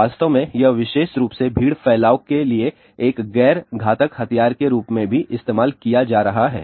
वास्तव में यह विशेष रूप से भीड़ फैलाव के लिए एक गैर घातक हथियार के रूप में भी इस्तेमाल किया जा रहा है